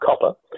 copper